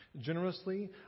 generously